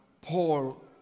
Paul